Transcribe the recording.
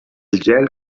gel